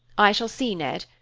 i shall see ned,